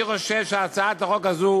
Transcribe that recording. אני חושב שהצעת החוק הזו